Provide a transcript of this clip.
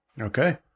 okay